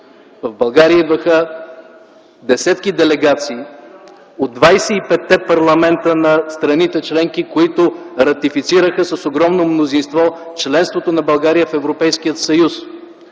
В България идваха десетки делегации от 25-те парламента на страните членки, които ратифицираха с огромно мнозинство членството на България в Европейския съюз.